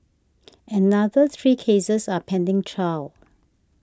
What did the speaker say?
another three cases are pending trial